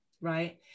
right